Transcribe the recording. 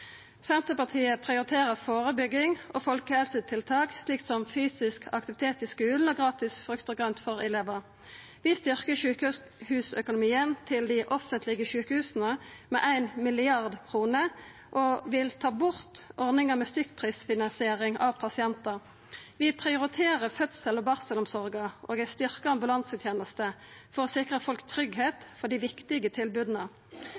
Senterpartiet prioriterer førebygging og folkehelsetiltak, som fysisk aktivitet i skulen og gratis frukt og grønt for elevar. Vi styrkjer sjukehusøkonomien til dei offentlege sjukehusa med 1 mrd. kr og vil ta bort ordninga med stykkprisfinansiering av pasientar. Vi prioriterer fødsels- og barselomsorga og ei styrkt ambulanseteneste for å sikra folk tryggleik for dei viktige tilboda,